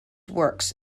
works